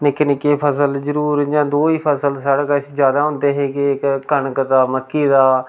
निक्की निक्की फसल जरूर इ'यां दूई फसल साढ़े कश जैदा होंदी ही कि के कनक दा मक्की दा